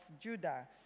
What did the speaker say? Judah